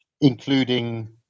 including